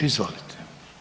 Izvolite.